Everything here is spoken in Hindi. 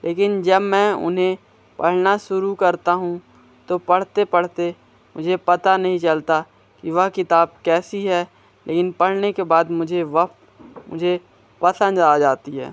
लेकिन जब मैं उन्हें पढ़ना शुरू करता हूँ तो पढ़ते पढ़ते मुझे पता नहीं चलता कि वह किताब कैसी है लेकिन पढ़ने के बाद मुझे वह मुझे पसंद आ जाती है